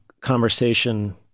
conversation